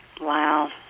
Wow